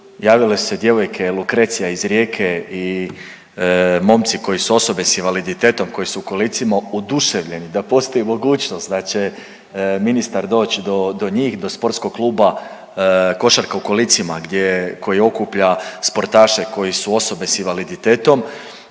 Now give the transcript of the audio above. javile su se djevojke Lukrecija iz Rijeke i momci koji su osobe s invaliditetom, koji su u kolicima, oduševljeni, da postoji mogućnost da će ministar doći do njih, do sportskog kluba Košarka u kolicima koji okuplja sportaše koji su osobe s invaliditetom